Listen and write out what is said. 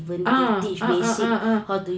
ah ah ah ah ah